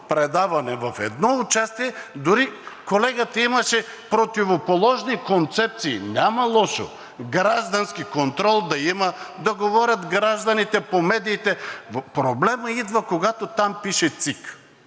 предаване, в едно участие дори колегата имаше противоположни концепции. Няма лошо да има граждански контрол, да говорят гражданите по медиите. Проблемът идва, когато там пише „ЦИК“!